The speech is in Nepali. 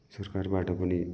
सरकारबाट पनि